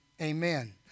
amen